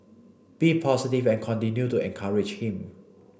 be positive and continue to encourage him